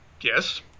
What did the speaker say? Yes